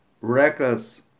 reckless